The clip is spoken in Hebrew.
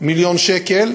מיליון שקל,